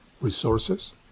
resources